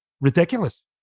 ridiculous